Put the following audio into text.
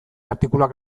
artikuluak